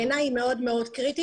בעיניי היא מאוד מאוד קריטית,